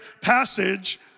passage